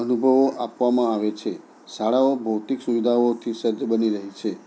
અનુભવો આપવામાં આવે છે શાળાઓ ભૌતિક સુવિધાઓથી સજ્જ બની રહી છે